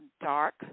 Dark